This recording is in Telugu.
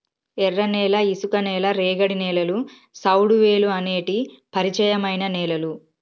ఎర్రనేల, ఇసుక నేల, రేగడి నేలలు, సౌడువేలుఅనేటి పరిచయమైన నేలలు